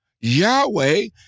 Yahweh